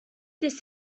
this